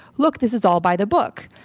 look, this is all by the book.